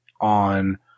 on